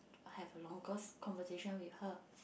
I have a longest conversation with her